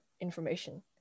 information